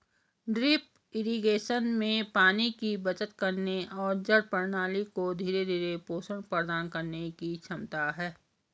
drip irrigation में पानी की बचत करने और जड़ प्रणाली को धीरे धीरे पोषण प्रदान करने की क्षमता है